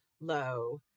low